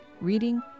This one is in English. reading